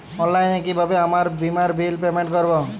অনলাইনে কিভাবে আমার বীমার বিল পেমেন্ট করবো?